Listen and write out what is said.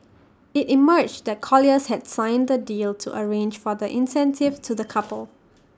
IT emerged that colliers had signed the deal to arrange for the incentive to the couple